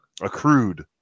accrued